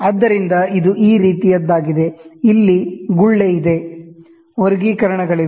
ಆದ್ದರಿಂದ ಇದು ಈ ರೀತಿಯದ್ದಾಗಿದೆ ಇಲ್ಲಿ ಬಬಲ್ ಇದೆ ವರ್ಗೀಕರಣಗಳಿವೆ